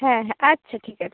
হ্যাঁ হ্যাঁ আচ্ছা ঠিক আছে